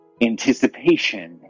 anticipation